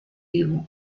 vivo